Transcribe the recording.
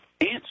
answer